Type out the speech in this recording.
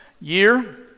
year